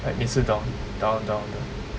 like 每次 down down down 的